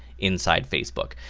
inside facebook.